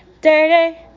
Dirty